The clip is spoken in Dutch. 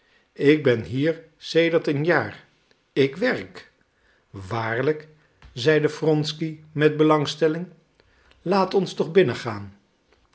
ik ben hier sedert een jaar ik werk waarlijk zeide wronsky met belangstelling laat ons toch